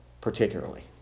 particularly